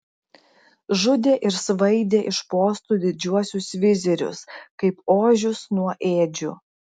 žudė ir svaidė iš postų didžiuosius vizirius kaip ožius nuo ėdžių